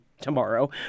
tomorrow